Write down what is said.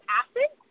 acid